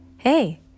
Hey